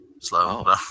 Slow